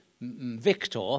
Victor